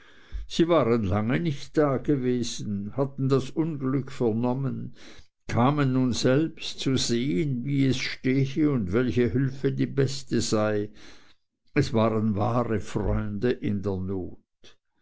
sie waren lange nicht dagewesen hatten das unglück vernommen kamen nun selbst zu sehen wie es stehe und welche hülfe die beste sei es waren wahre freunde in der not